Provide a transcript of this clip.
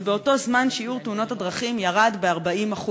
ובאותו זמן שיעור תאונות הדרכים ירד ב-40%.